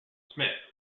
smith